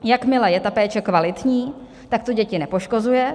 Jakmile je péče kvalitní, tak to děti nepoškozuje.